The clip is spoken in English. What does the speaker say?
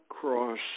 cross